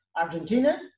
Argentina